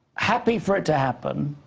happy for it to happen.